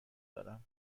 دارم